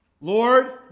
Lord